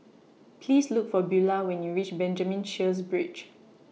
Please Look For Beulah when YOU REACH Benjamin Sheares Bridge